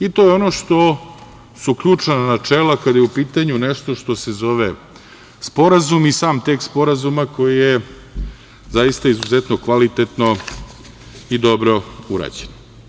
I to je ono što su ključna načela kada je u pitanju nešto što se zove Sporazum i sam tekst Sporazuma koji je zaista izuzetno kvalitetno i dobro urađen.